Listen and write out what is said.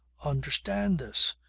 understand this,